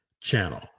channel